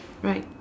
right